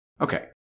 Okay